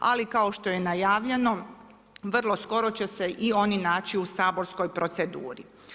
Ali, kao što je najavljeno, vrlo skoro će se i oni naći u saborskoj proceduri.